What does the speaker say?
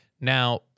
now